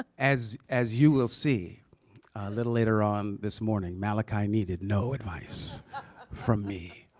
as as you will see, a little later on this morning, malachi needed no advice from me.